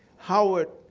howard,